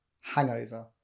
hangover